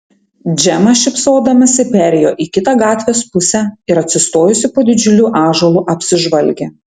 džema šypsodamasi perėjo į kitą gatvės pusę ir atsistojusi po didžiuliu ąžuolu apsižvalgė